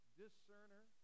discerner